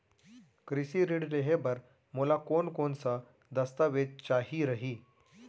कृषि ऋण लेहे बर मोला कोन कोन स दस्तावेज चाही रही?